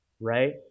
right